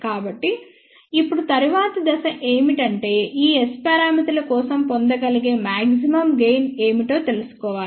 కాబట్టి ఇప్పుడు తరువాతి దశ ఏమిటంటే ఈ S పారామితుల కోసం పొందగలిగే మాక్సిమమ్ గెయిన్ ఏమిటో తెలుసుకోవాలి